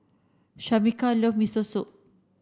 Shameka love Miso Soup